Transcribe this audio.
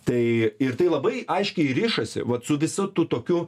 tai ir tai labai aiškiai rišasi vat su visu tu tokiu